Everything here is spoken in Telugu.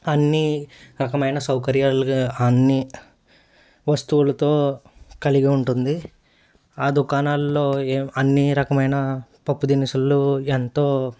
అన్ని రకమైన సౌకర్యాలు అన్ని వస్తువులతో కలిగి ఉంటుంది ఆ దుకాణాల్లో ఏం అన్ని రకమైన పప్పు దినుసులు ఎంతో